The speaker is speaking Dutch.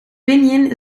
pinyin